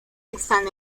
están